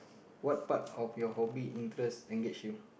what part of your hobby interest engage you